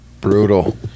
brutal